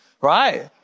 right